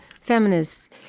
feminists